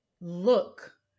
look